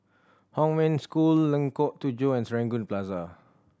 Hong Wen School Lengkok Tujoh and Serangoon Plaza